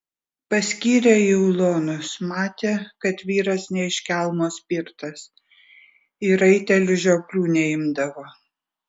paskyrė į ulonus matė kad vyras ne iš kelmo spirtas į raitelius žioplių neimdavo